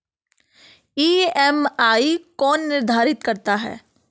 EMI कौन निर्धारित करता है?